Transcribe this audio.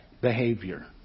behavior